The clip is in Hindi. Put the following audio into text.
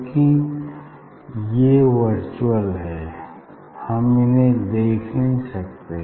क्यूंकि ये वर्चुअल हैं हम इन्हें देख नहीं सकते